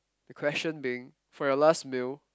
the question being for your last meal